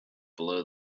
below